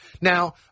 Now